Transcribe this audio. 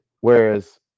Whereas